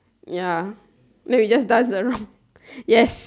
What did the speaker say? ya then we just dance around yes